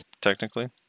technically